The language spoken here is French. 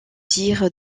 dire